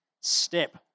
step